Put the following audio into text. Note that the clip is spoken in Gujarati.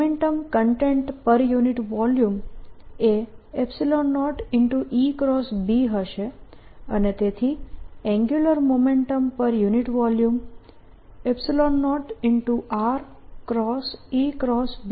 મોમેન્ટમ કન્ટેન્ટ પર યુનિટ વોલ્યુમ એ 0 હશે અને તેથી એન્ગ્યુલર મોમેન્ટમ પર યુનિટ વોલ્યુમ 0 r × થશે